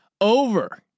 over